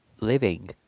living